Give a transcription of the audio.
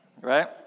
right